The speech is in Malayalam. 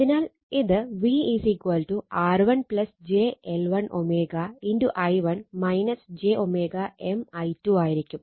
അതിനാൽ ഇത് V R1 j L1 i1 j M i2 ആയിരിക്കും